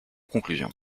conclusion